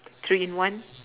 three in one